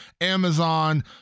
Amazon